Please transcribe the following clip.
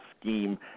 scheme